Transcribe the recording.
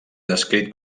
descrit